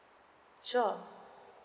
sure